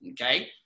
okay